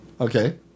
Okay